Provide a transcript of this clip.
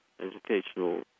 educational